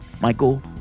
Michael